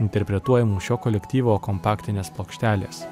interpretuojamų šio kolektyvo kompaktinės plokštelės